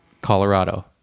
Colorado